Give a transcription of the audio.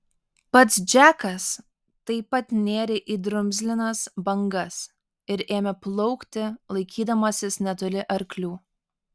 pats džekas taip pat nėrė į drumzlinas bangas ir ėmė plaukti laikydamasis netoli arklių